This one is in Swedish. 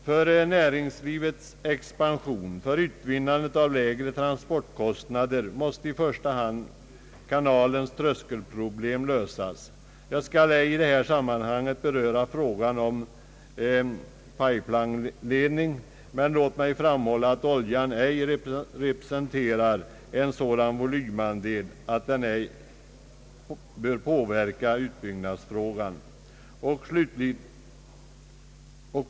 För näringslivets expansion och för utvinnandet av lägre transportskostnader måste i första hand kanalens tröskelproblem lösas. Jag skall i det här sammanhanget ej beröra frågan om en pipelineförbindelse, men låt mig framhålla att oljan representerar en sådan låg volymandel att den inte bör påverka utbyggnadsfrågan.